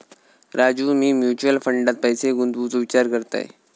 राजू, मी म्युचल फंडात पैसे गुंतवूचो विचार करतय